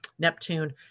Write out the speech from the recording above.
Neptune